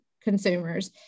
consumers